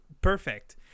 perfect